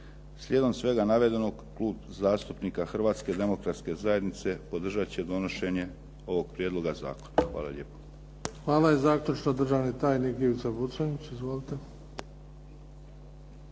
Slijedom svega navedenog Klub zastupnika Hrvatske demokratske zajednice podržat će donošenje ovog prijedloga zakona. Hvala lijepo. **Bebić, Luka (HDZ)** Hvala. I zaključno državni tajnik Ivica Buconjić. Izvolite.